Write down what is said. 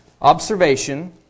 Observation